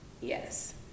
yes